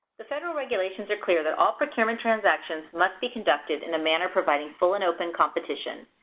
the federal regulations are clear that all procurement transactions must be conducted in a manner providing full and open competition.